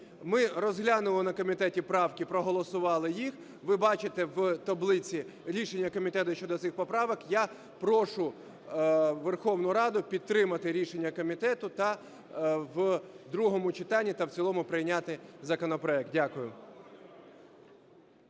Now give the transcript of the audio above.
Ми розглянули на комітеті правки, проголосували їх. Ви бачите в таблиці рішення комітету щодо цих поправок. Я прошу Верховну Раду підтримати рішення комітету та в другому читанні, та в цілому прийняти законопроект. Дякую.